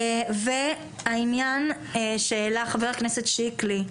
העניין שהעלה חבר הכנסת שיקלי,